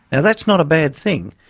now that's not a bad thing,